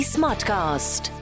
Smartcast